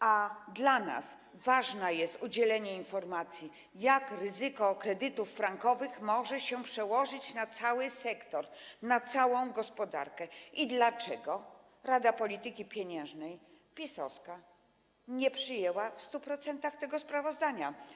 A przecież dla nas ważne jest udzielenie informacji, jak ryzyko dotyczące kredytów frankowych może się przełożyć na cały sektor, na całą gospodarkę i dlaczego Rada Polityki Pieniężnej, PiS-owska, nie przyjęła w 100% tego sprawozdania.